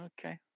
Okay